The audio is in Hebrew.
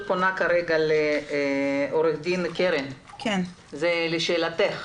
עו"ד קרן, זה לשאלתך.